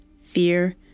Fear